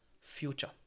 future